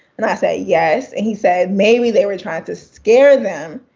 and i said, yes. and he said, maybe they were trying to scare them,